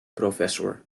professor